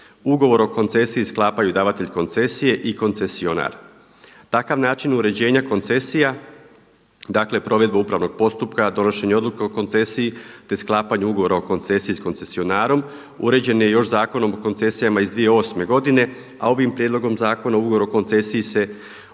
Ugovor o koncesiji sklapaju davatelj koncesije i koncesionar. Takav način uređenja koncesija dakle provedba upravnog postupka, donošenja odluke o koncesiji, te sklapanje ugovora o koncesiji s koncesionarom uređen je još Zakonom o koncesijama iz 2008. godine, a ovim prijedlogom zakona ugovor o koncesiji se